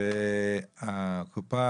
שהקופה